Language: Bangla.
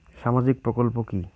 সামাজিক প্রকল্প কি?